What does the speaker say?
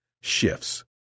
shifts